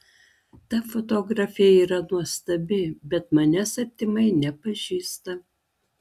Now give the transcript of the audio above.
ta fotografė yra nuostabi bet manęs artimai nepažįsta